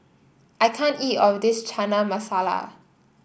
I can't eat of this Chana Masala